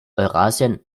eurasien